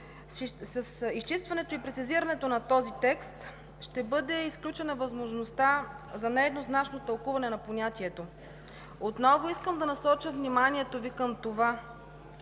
С изчистването и прецизирането на този текст ще бъде изключена възможността за нееднозначно тълкуване на понятието. Отново искам да насоча вниманието Ви към това,